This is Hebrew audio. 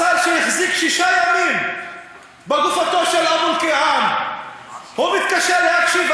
השר שהחזיק שישה ימים בגופתו של אבו אלקיעאן מתקשה להקשיב.